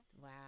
Wow